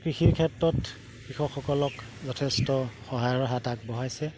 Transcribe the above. কৃষিৰ ক্ষেত্ৰত কৃষকসকলক যথেষ্ট সহায়ৰ হাত আগবঢ়াইছে